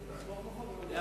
ובכן,